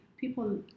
people